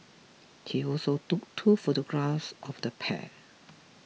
he also took two photographs of the pair